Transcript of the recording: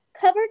covered